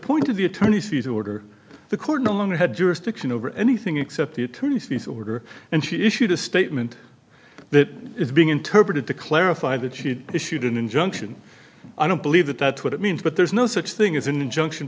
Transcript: point of the attorney's fees order the court no longer had jurisdiction over anything except the attorney's fees order and she issued a statement that is being interpreted to clarify that she issued an injunction i don't believe that that's what it means but there's no such thing as an injunction